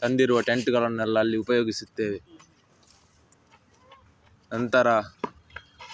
ತಂದಿರುವ ಟೆಂಟ್ಗಳನ್ನೆಲ್ಲ ಅಲ್ಲಿ ಉಪಯೋಗಿಸುತ್ತೇವೆ ನಂತರ